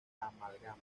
amalgama